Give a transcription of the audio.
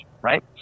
right